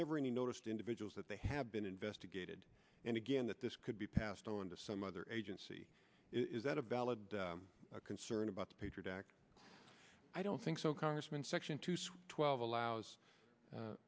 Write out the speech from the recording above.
never any noticed individuals that they have been investigated and again that this could be passed on to some other agency is that a valid concern about the patriot act i don't think so congressman section two six twelve allows